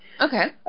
Okay